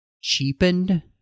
cheapened